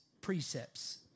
precepts